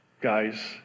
guys